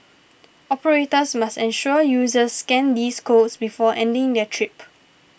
operators must ensure users scan these codes before ending their trip